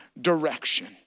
direction